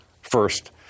first